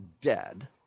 dead